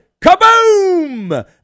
kaboom